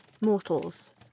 mortals